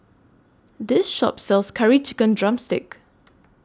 This Shop sells Curry Chicken Drumstick